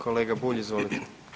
Kolega Bulj, izvolite.